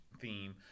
theme